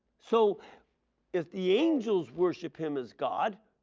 so if the angels worship him as god,